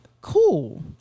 Cool